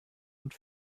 und